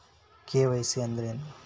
KYC ಅಂದ್ರೇನು?